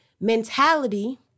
mentality